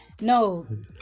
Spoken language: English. no